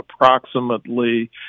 approximately